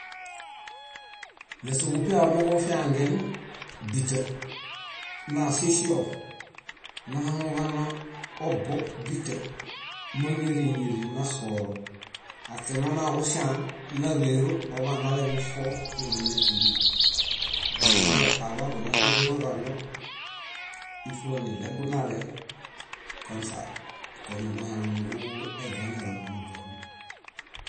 Ñásoo kupiawa moġufiangen bíta. Nasisio, nahaŋuġana obuob bíta, máñariŋeriŋ naxoro. Aśe nanaġuŝan náḃero oḃanaleḃuxo kiġane kíġi. Rúmunda aḃaḃu náxedẽwaġaɭo ifoniɭebunale komsa konuġuhaŋuġuueźonero numuźon.